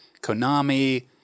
Konami